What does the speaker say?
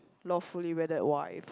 lawfully wedded wife